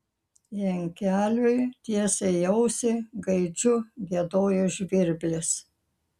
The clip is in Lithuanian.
jankeliui tiesiai į ausį gaidžiu giedojo žvirblis